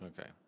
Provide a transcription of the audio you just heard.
okay